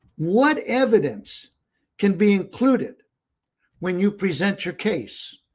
what evidence can be included when you present your case,